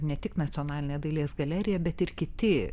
ne tik nacionalinė dailės galerija bet ir kiti